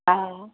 हा